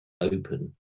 open